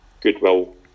goodwill